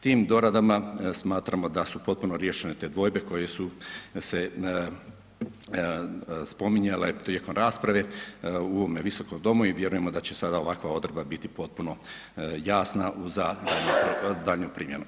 Tim doradama smatramo da su potpuno riješene te dvojbe koje su se spominjale tijekom rasprave u ovom Visokom domu i vjerujemo da će sada ovakva odredba biti potpuno jasna za daljnju primjenu.